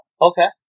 Okay